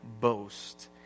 boast